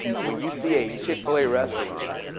when you see a chick-fil-a restaurant,